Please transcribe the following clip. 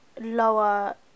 lower